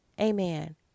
Amen